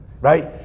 right